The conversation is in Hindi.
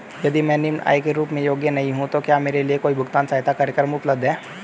यदि मैं निम्न आय के रूप में योग्य नहीं हूँ तो क्या मेरे लिए कोई भुगतान सहायता कार्यक्रम उपलब्ध है?